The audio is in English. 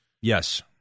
Yes